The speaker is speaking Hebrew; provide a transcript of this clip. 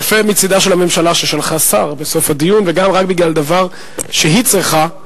יפה מצדה של הממשלה ששלחה שר בסוף הדיון וגם רק בגלל דבר שהיא צריכה.